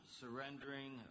surrendering